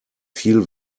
viel